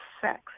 sex